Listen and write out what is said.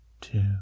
two